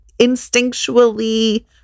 instinctually